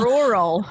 Rural